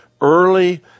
early